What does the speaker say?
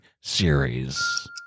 series